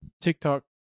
TikTok